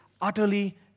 utterly